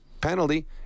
penalty